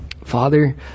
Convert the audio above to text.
Father